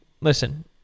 listen